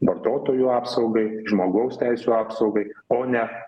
vartotojų apsaugai žmogaus teisių apsaugai o ne